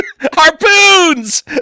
harpoons